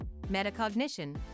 metacognition